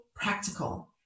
practical